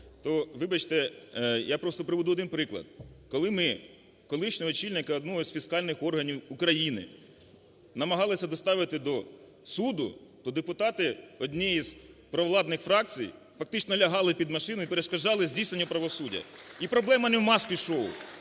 я просто приведу один приклад, коли ми колишнього очільника одного з фіскальних органів України намагалися доставити до суду, то депутати однієї з провладних фракцій фактично лягали під машину і перешкоджали здійсненню правосуддя. І проблема не в маски-шоу,